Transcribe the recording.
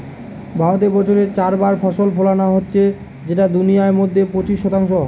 ভারতে বছরে চার বার ফসল ফোলানো হচ্ছে যেটা দুনিয়ার মধ্যে পঁচিশ শতাংশ